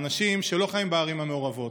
האנשים שלא חיים בערים המעורבות.